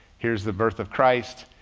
here's the birth of christ.